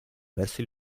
verso